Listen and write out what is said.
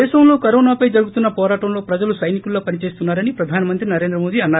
దేశంలో కరోనాపై జరుగుతున్న వోరాటంలో ప్రజలు సైనికుల్లా పనిచేస్తున్నారని ప్రధానమంత్రి నరేంద్ర మోడీ అన్నారు